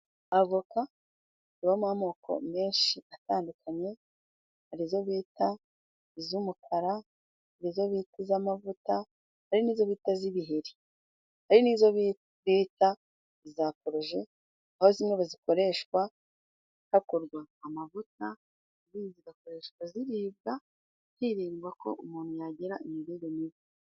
Avoka zibamo amoko menshi atandukanye. Hari izo bita iz'umukara, hari izo bita iz'amavuta, hari n'izo bita iz'ibiheri hari n'izo bita iza poroje, aho zimwe bazikoreshwa hakorwa amavuta zigakoreshwa ziribwa hirindwa ko umuntu yagira imirire mibi.